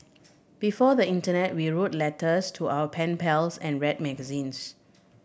before the internet we wrote letters to our pen pals and read magazines